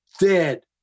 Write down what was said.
dead